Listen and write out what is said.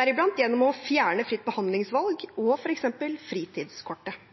deriblant gjennom å fjerne fritt behandlingsvalg og f.eks. fritidskortet.